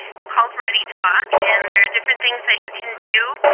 it's called readytalk and there are different things that you can do.